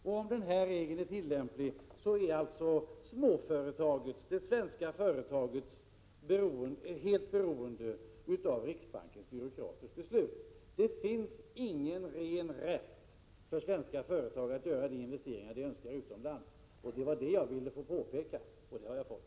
Och om denna regel är tillämplig så är alltså de svenska småföretagen helt beroende av riksbankens byråkraters beslut. Det finns ingen ren rätt för svenska företag att göra de investeringar de önskar utomlands. Det var detta jag ville få påpekat, och det har jag fått.